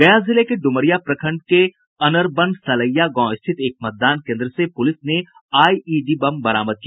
गया जिले के ड्मरिया प्रखंड के अनरबन सलैया गांव स्थित एक मतदान केन्द्र से पुलिस ने आइईडी बम बरामद किया